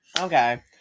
okay